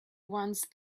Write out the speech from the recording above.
once